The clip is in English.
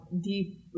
deep